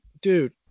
dude